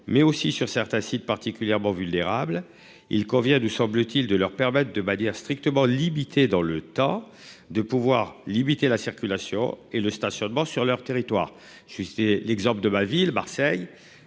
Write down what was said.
mais aussi sur certains sites particulièrement vulnérables, il convient de semble-t-il de leur permettent de manière strictement limitée dans le temps de pouvoir limiter la circulation et le stationnement sur leur territoire je l'exemple de ma ville, Marseille.